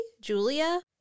Julia